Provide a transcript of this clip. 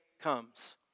comes